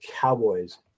Cowboys